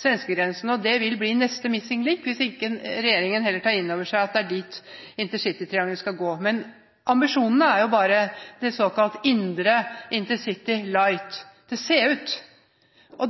svenskegrensen, og det vil bli neste «missing link» hvis ikke regjeringen tar inn over seg at det er dit intercitytriangelet skal gå. Men ambisjonene er bare det såkalte indre intercity «light» – til Seut.